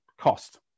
cost